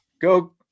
Go